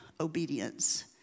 obedience